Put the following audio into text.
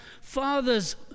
father's